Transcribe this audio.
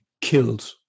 killed